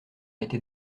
été